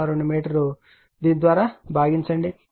002 మీటర్ను దీని ద్వారా భాగించారు